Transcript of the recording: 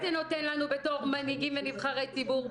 אבל מה זה נותן לנו בתור מנהיגים ונבחרי ציבור?